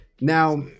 Now